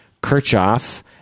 Kirchhoff